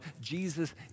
Jesus